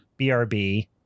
BRB